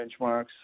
benchmarks